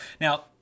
Now